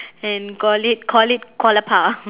and call it call it koalapa